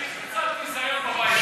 יש לי קצת ניסיון בבית הזה.